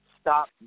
stop